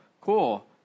cool